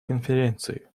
конференции